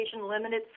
limited